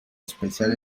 especial